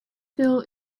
fell